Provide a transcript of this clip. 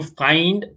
find